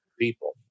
people